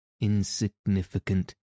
insignificant